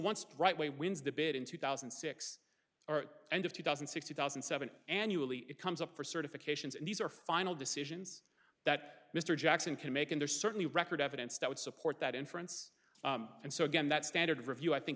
the right way wins the bid in two thousand and six or end of two thousand sixty thousand and seven annually it comes up for certifications and these are final decisions that mr jackson can make and there's certainly record evidence that would support that inference and so again that standard of review i think